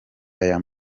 aya